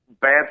bad